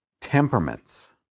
temperaments